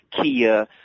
Kia